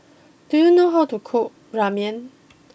do you know how to cook Ramyeon